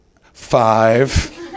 five